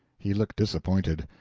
he looked disappointed,